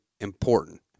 important